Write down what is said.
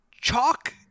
chalk